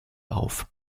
auf